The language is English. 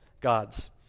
gods